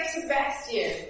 Sebastian